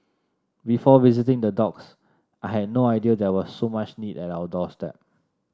before visiting the I had no idea there was so much need at our doorstep